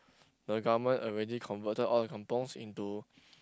the government already converted all the kampungs into